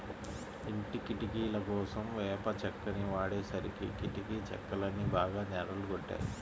ఇంటి కిటికీలకోసం వేప చెక్కని వాడేసరికి కిటికీ చెక్కలన్నీ బాగా నెర్రలు గొట్టాయి